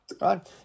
right